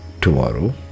tomorrow